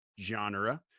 genre